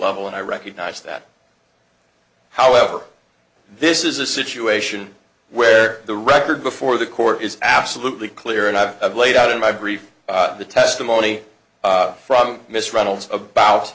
level and i recognize that however this is a situation where the record before the court is absolutely clear and i've laid out in my brief the testimony from miss reynolds about